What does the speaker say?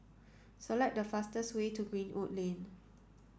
select the fastest way to Greenwood Lane